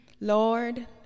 Lord